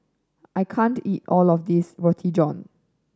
I can't eat all of this Roti John